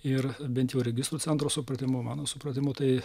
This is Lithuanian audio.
ir bent jau registrų centro supratimu mano supratimu tai